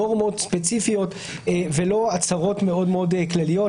נורמות ספציפיות ולא הצהרות מאוד כלליות.